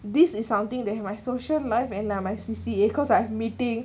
this is something that my social life and now my C_C_A cause I've meeting